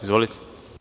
Izvolite.